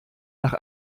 nach